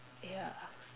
yeah